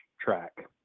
track